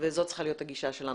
וזאת צריכה להיות הגישה שלנו.